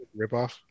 ripoff